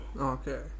Okay